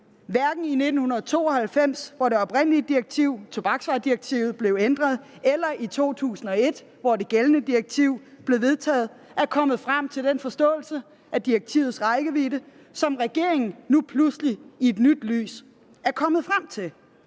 hverken i 1992, hvor det oprindelige direktiv, tobaksvaredirektivet, blev ændret, eller i 2001, hvor det gældende direktiv blev vedtaget, er kommet frem til den forståelse af direktivets rækkevidde, som regeringen nu pludselig i et nyt lys er kommet frem til.